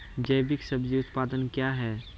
जैविक सब्जी उत्पादन क्या हैं?